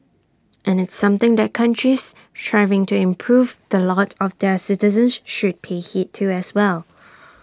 and it's something that countries striving to improve the lot of their citizens should pay heed to as well